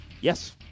Yes